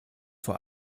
vor